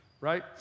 right